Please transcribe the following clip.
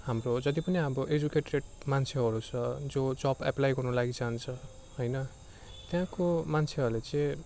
हाम्रो जति पनि अब एजुकेटेड मान्छेहरू छ जो जब एप्लाइ गर्नु लागि चाहन्छ होइन त्यहाँको मान्छेहरूले चाहिँ